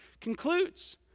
concludes